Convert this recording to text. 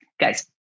Guys